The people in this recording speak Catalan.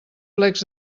plecs